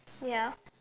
ya